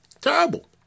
Terrible